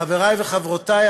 חברי וחברותי,